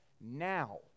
now